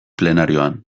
plenarioan